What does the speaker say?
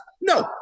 no